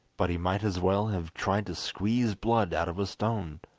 but he might as well have tried to squeeze blood out of a stone.